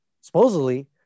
supposedly